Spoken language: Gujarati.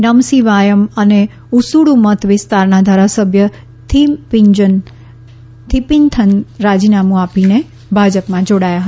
નમસિવાયમ અને ઊસુડુ મત વિસ્તારના ધારાસભ્ય થીપિંથન રાજીનામું આપીને ભાજપમાં જોડાયા હતા